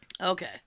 Okay